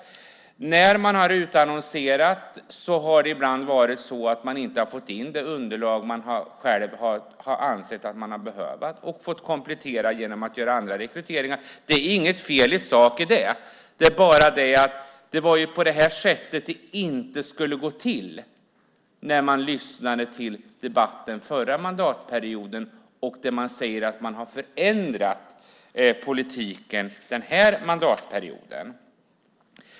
Och när man har utannonserat har man ibland inte fått in det underlag som man själv ansett sig behöva, så man har fått komplettera genom att göra andra rekryteringar. I sak är det inget fel med det. Men det skulle ju inte gå till på det sättet - det framkom när man förra mandatperioden lyssnade på debatten. Dessutom säger man ju att man har förändrat politiken den här mandatperioden.